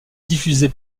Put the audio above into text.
diffusée